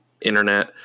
internet